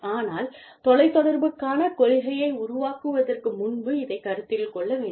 ஆனால் தொலை தொடர்புக்கான கொள்கையை உருவாக்குவதற்கு முன்பு இதைக் கருத்தில் கொள்ள வேண்டும்